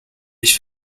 ich